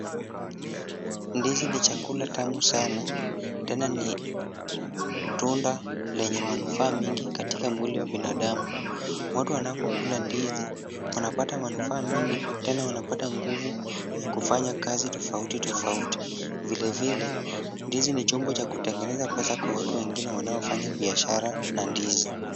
Ndizi ni chakula tamu sana tena ni tunda lenye manufaa mingi katika mwili wa binadamu. Watu wanapokula ndizi wanapata manufaa mingi tena wanapata nguvu ya kufanya kazi tofauti tofauti. Vilevile ndizi ni chombo cha kutengeneza pesa kwa watu wengine wanaofanya biashara na ndizi.